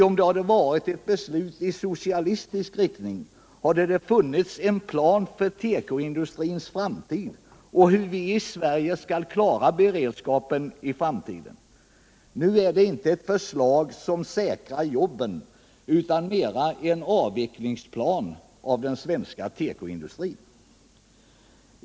Om det hade varit fråga om ett beslut i socialistisk riktning hade det funnits en plan för tekoindustrins framtid och för hur vi i Sverige skall klara beredskapen i framtiden. Nu är det inte ett förslag som säkrar jobben utan mera en avvecklingsplan för den svenska tekoindustrin.